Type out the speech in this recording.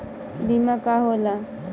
बीमा का होला?